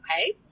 Okay